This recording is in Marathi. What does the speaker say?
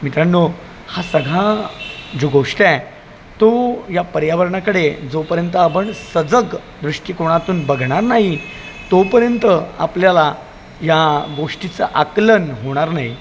मित्रांनो हा सगळा जो गोष्ट आहे तो या पर्यावरणाकडे जोपर्यंत आपण सजग दृष्टिकोनातून बघणार नाही तोपर्यंत आपल्याला या गोष्टीचं आकलन होणार नाही